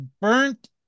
burnt